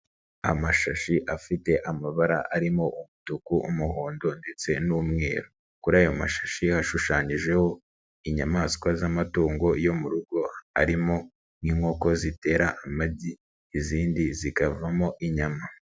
Amashashi afite amabara arimo umutuku, umuhondo ndetse n'umweru, kuri ayo mashashi hashushanyijeho inyamaswa z'amatungo yo mu rugo arimo n'inkoko zitera amagi izindi zikavamo inyama.